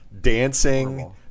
dancing